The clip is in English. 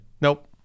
Nope